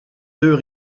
deux